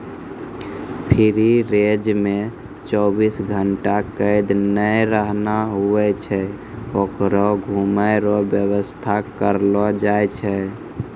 free range मे चौबीस घंटा कैद नै रहना हुवै छै होकरो घुमै रो वेवस्था करलो जाय छै